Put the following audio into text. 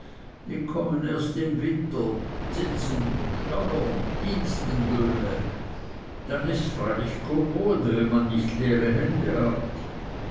die kommen erst im winter zinsen steuern dienstenlöhne dann ists freilich kommode wenn man nicht leere hände hat